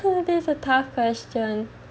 this is a tough question